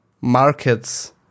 markets